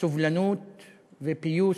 סובלנות ופיוס,